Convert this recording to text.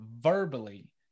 verbally